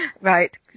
right